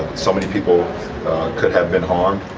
so many people could have been harmed.